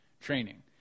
training